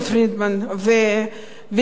מילטון פרידמן ופרידריך האייק.